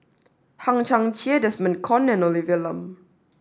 Hang Chang Chieh Desmond Kon and Olivia Lum